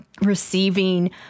receiving